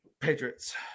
Patriots